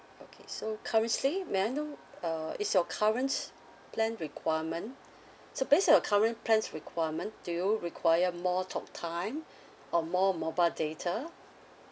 okay so currently may I know uh is your current plan requirement so based on your current plan's requirement do you require more talk time or more mobile data